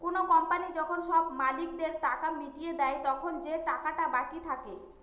কোনো কোম্পানি যখন সব মালিকদের টাকা মিটিয়ে দেয়, তখন যে টাকাটা বাকি থাকে